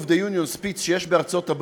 the Union speech שקיים בארצות-הברית